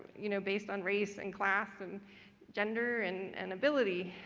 you know, based on race and class and gender and and ability.